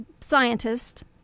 scientist